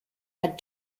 had